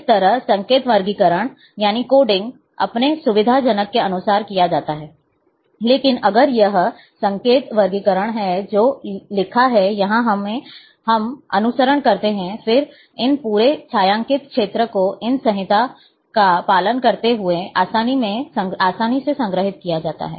इसी तरह संकेत वर्गीकरण अपने सुविधाजनक के अनुसार किया जा सकता है लेकिन अगर वह संकेत वर्गीकरण है जो लिखा है यहां हम अनुसरण करते हैं फिर इन पूरे छायांकित क्षेत्र को इन संहिता का पालन करते हुए आसानी से संग्रहीत किया जा सकता है